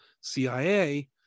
cia